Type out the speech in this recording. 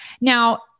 Now